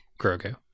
Grogu